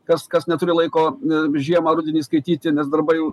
kas kas neturi laiko žiemą rudenį skaityti nes darbai jau